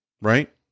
Right